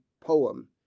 poem